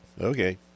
Okay